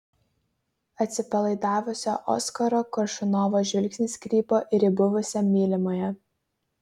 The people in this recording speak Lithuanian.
atsipalaidavusio oskaro koršunovo žvilgsnis krypo ir į buvusią mylimąją